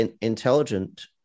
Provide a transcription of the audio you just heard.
intelligent